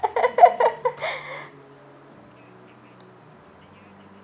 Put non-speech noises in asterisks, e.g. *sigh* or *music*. *laughs*